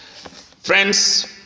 Friends